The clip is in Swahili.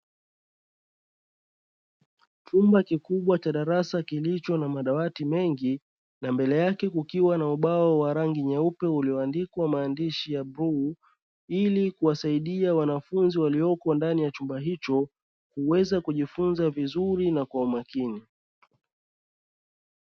Chumba kikubwa cha darasa kilicho na madawati mengi na mbele yake kukiwa na ubao wa rangi nyeupe ulioandikwa maandishi ya bluu, ili kuwasaidia wanafunzi walioko ndani ya chumba hicho kuweza kujifunza vizuri na kwa umakini.